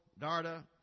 Darda